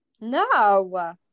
No